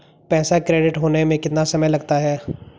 पैसा क्रेडिट होने में कितना समय लगता है?